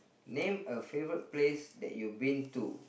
name a favorite place that you've been to